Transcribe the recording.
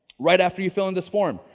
right after you fill in this form,